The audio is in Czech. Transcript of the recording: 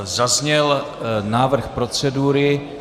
Zazněl návrh procedury.